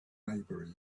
maybury